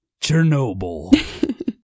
Chernobyl